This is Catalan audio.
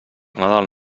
nadal